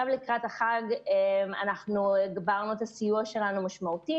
לקראת החג הגברנו את הסיוע שלנו משמעותית.